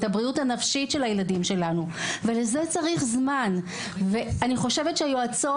את הבריאות הנפשית של הילדים שלנו ולזה צריך זמן ואני חושבת שהיועצות